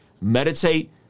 Meditate